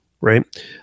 right